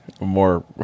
more